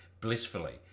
blissfully